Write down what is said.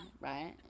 right